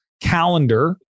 calendar